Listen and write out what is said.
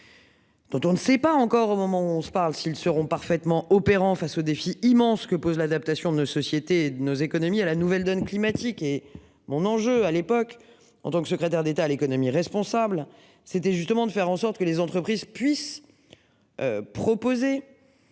Dont on ne sait pas encore, au moment où on se parle s'ils seront parfaitement opérant face aux défis immenses que pose l'adaptation de nos sociétés. Nos économies à la nouvelle donne climatique et mon ange. À l'époque en tant que secrétaire d'État à l'économie responsable c'était justement de faire en sorte que les entreprises puissent. Proposer.